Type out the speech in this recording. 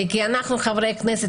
כי אנחנו חברי הכנסת,